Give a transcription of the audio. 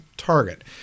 target